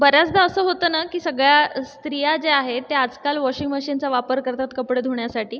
बऱ्याचदा असं होतं ना की सगळ्या स्त्रिया ज्या आहेत ते आजकाल वॉशिंग मशीनचा वापर करतात कपडे धुण्यासाठी